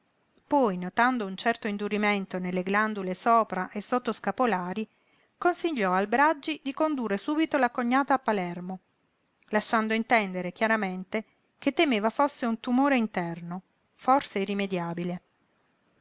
poi notando un certo indurimento nelle glandule sopra e sottoscapolari consigliò al braggi di condurre subito la cognata a palermo lasciando intendere chiaramente che temeva fosse un tumore interno forse irrimediabile